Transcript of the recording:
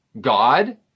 God